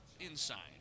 inside